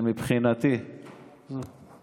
שמבחינתי זאת